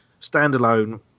standalone